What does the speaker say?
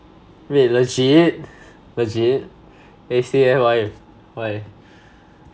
wait legit legit eh say leh why why